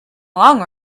long